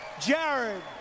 Jared